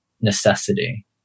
necessity